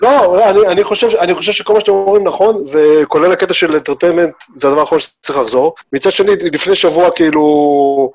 לא, אני חושב שכל מה שאתם אומרים נכון, וכולל הקטע של אינטרטמנט, זה הדבר הכול שצריך לחזור. מצד שני, לפני שבוע, כאילו...